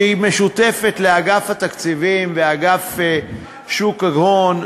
שהיא משותפת לאגף התקציבים ולאגף שוק ההון,